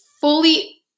fully